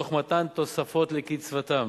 תוך מתן תוספות לקצבתם.